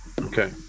Okay